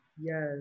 Yes